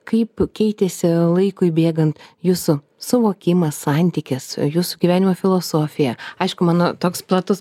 kaip keitėsi laikui bėgant jūsų suvokimas santykis jūsų gyvenimo filosofija aišku mano toks platus